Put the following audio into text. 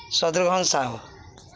Shatrughna Sahu